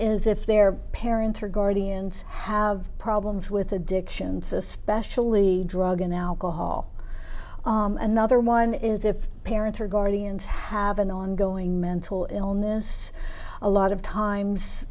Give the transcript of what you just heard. is if their parents or guardians have problems with addictions especially drug and alcohol another one is if parents or guardians have an ongoing mental illness a lot of